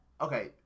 Okay